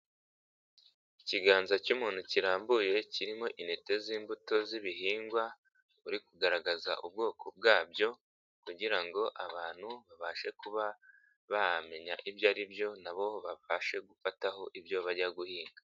Ikiganza cy'umuntu kirambuye kirimo intete z'imbuto z'ibihingwa uri kugaragaza ubwoko bwabyo kugira ngo abantu babashe kuba bamenya ibyo ari byo na bo babashe gufataho ibyo bajya guhinga.